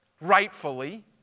rightfully